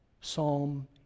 Psalm